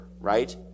right